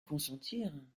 consentir